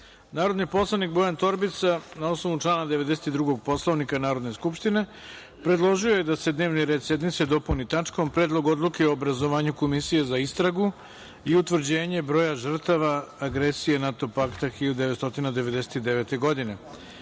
predlog. Narodni poslanik Bojan Torbica, na osnovu člana 92. Poslovnika Narodne skupštine, predložio je da se dnevni red sednice dopuni tačkom – Predlog odluke o obrazovanju Komisije za istragu i utvrđenje broja žrtava agresije NATO pakta 1999. godine,